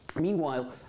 Meanwhile